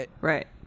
right